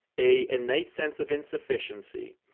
a innate sense of insufficiency,